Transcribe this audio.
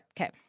okay